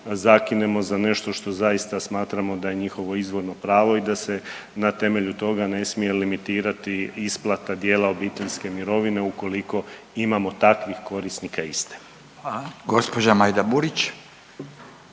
zakinemo za nešto što zaista smatramo da je njihovo izvorno pravo i da se na temelju toga ne smije limitirati isplata dijela obiteljske mirovine ukoliko imamo takvih korisnika iste. **Radin, Furio